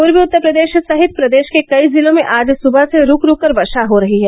पूर्वी उत्तर प्रदेश सहित प्रदेश के कई जिलों में आज सुबह से रूक रूक कर वर्षा हो रही है